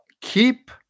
keep